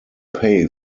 pay